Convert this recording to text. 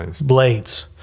blades